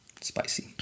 Spicy